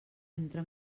entre